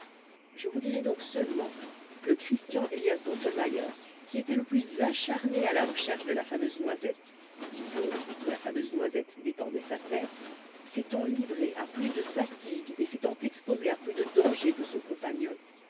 je vous dirai donc seulement que christian élias drosselmayer qui était le plus acharné à la recherche de la fameuse noisette puisque de la fameuse noisette dépendait sa tête s'étant livré à plus de fatigues et s'étant exposé à plus de dangers que son compagnon